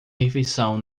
refeição